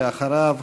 ואחריו,